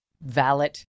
valet